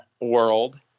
world